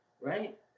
right